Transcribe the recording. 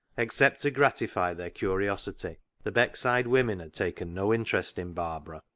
except to gratify their curiosity, the beck side women had taken no interest in barbara,